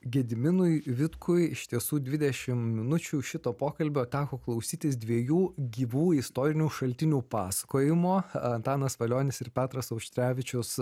gediminui vitkui iš tiesų dvidešim minučių šito pokalbio teko klausytis dviejų gyvų istorinių šaltinių pasakojimo antanas valionis ir petras auštrevičius